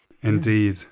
Indeed